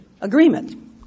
agreement